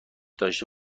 داشته